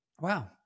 Wow